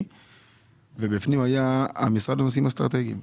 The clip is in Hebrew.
ובפנים היה המשרד לנושאים אסטרטגיים.